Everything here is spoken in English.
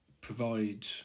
provide